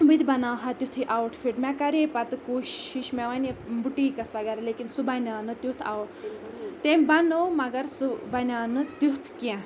بہٕ تہِ بَناو ہا تِتھُے آوُٹ فِٹ مےٚ کَرے پَتہٕ کوٗشِش مےٚ وَنہِ بُٹیٖکَس وغیرہ لیکِن سُہ بَنٛیاو نہٕ تیُتھ آوُٹ تٔمۍ بَنٲو مگر سُہ بَنٛیو نہٕ تیُتھ کینٛہہ